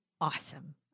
awesome